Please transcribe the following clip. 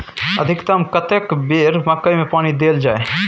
अधिकतम कतेक बेर मकई मे पानी देल जाय?